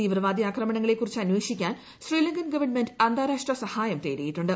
തീവ്രവാദി ആക്രമണങ്ങളെ കുറിച്ച് അന്വേഷിക്കാൻ ശ്രീലങ്കൻ ഗവൺമെന്റ് അന്താരാഷ്ട്ര സഹായം തേടിയിട്ടുണ്ട്